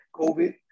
COVID